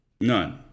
None